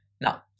Now